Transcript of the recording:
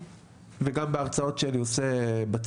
כשאנחנו אומרים תרמילאים,